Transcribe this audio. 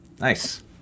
Nice